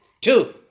two